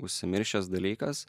užsimiršęs dalykas